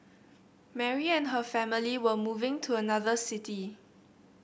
Mary and her family were moving to another city